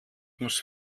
muss